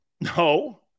No